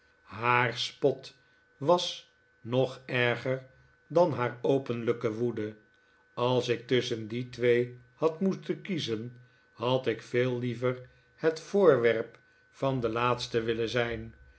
haar spot was nog erger dan haar openlijke woede als ik tusschen die twee had moeten kiezen had ik veel liever het voorwerp van de laatste willen zijn